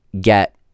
get